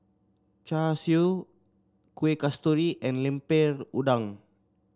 Char Siu Kueh Kasturi and Lemper Udang